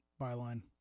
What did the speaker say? byline